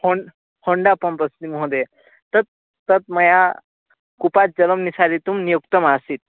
होन् Honda pump अस्ति महोदयः तत् तत् मया कूपात् जलं निश्कासितुं नियुक्तमासीत्